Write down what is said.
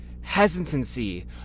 hesitancy